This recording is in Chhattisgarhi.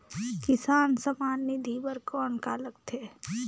किसान सम्मान निधि बर कौन का लगथे?